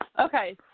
Okay